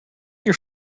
your